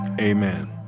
amen